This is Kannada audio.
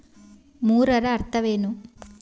ಮೂರರ ಅರ್ಥವೇನು?